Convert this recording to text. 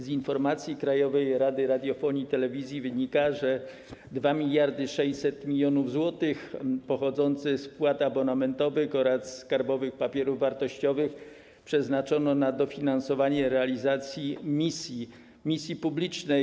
Z informacji Krajowej Rady Radiofonii i Telewizji wynika, że 2600 mln zł pochodzące z wpłat abonamentowych oraz skarbowych papierów wartościowych przeznaczono na dofinansowanie realizacji misji publicznej.